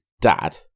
dad